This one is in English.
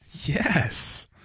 Yes